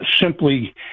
simply